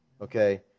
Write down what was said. Okay